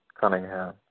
Cunningham